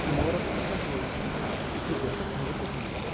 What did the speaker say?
ମୋର ଇଚ୍ଛା ହେଉଛି କିଛି ଦେଶ ସଙ୍ଗୀତ ଶୁଣିବା